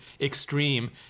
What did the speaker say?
extreme